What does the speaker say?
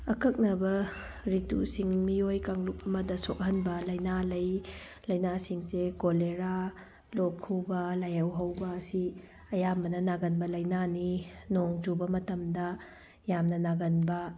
ꯑꯀꯛꯅꯕ ꯔꯤꯇꯨꯁꯤꯡ ꯃꯤꯑꯣꯏ ꯀꯥꯡꯂꯨꯞ ꯑꯃꯗ ꯁꯣꯛꯍꯟꯕ ꯂꯩꯅꯥ ꯂꯩ ꯂꯩꯅꯥꯁꯤꯡꯁꯦ ꯀꯣꯂꯦꯔꯥ ꯂꯣꯛ ꯈꯨꯕ ꯂꯥꯏꯍꯧ ꯍꯧꯕ ꯑꯁꯤ ꯑꯌꯥꯝꯕꯅ ꯅꯥꯒꯟꯕ ꯂꯩꯅꯥꯅꯤ ꯅꯣꯡꯆꯨꯕ ꯃꯇꯝꯗ ꯌꯥꯝꯅ ꯅꯥꯒꯟꯕ